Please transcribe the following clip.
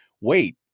wait